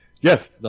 Yes